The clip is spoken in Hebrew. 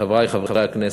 חברי חברי הכנסת,